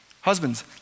Husbands